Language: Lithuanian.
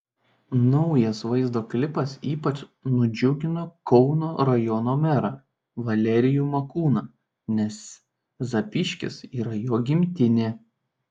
naujas vaizdo klipas ypač nudžiugino kauno rajono merą valerijų makūną nes zapyškis yra jo gimtinė